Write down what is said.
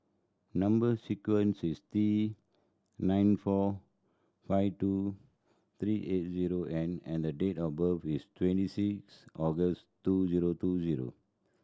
number sequence is T nine four five two three eight zero N and the date of birth is twenty six August two zero two zero